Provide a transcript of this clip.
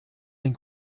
ein